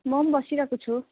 म पनि बसिरहेको छु